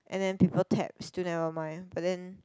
and then people taps still nevermind but then